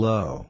Low